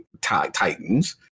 Titans